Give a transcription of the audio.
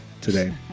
today